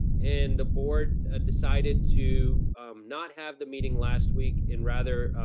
and the board ah decided to not have the meeting last week, and rather,